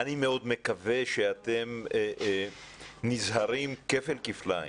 אני מאוד מקווה שאתם נזהרים כפל כפליים.